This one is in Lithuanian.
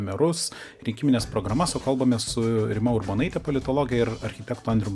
merus rinkimines programas o kalbame su rima urbonaitė politologė ir architektu andrium